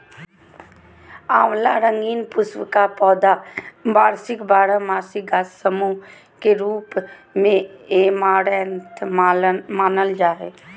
आँवला रंगीन पुष्प का पौधा वार्षिक बारहमासी गाछ सामूह के रूप मेऐमारैंथमानल जा हइ